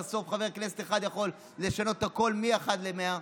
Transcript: ובסוף חבר כנסת אחד יכול לשנות הכול מאחד למאה.